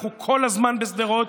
אנחנו כל הזמן בשדרות,